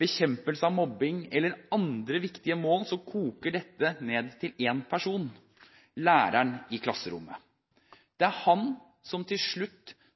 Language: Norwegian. bekjempelse av mobbing eller andre viktige mål, koker dette ned til én person: læreren i klasserommet. Det er han som til slutt